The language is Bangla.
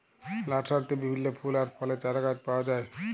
লার্সারিতে বিভিল্য ফুল আর ফলের চারাগাছ পাওয়া যায়